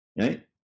right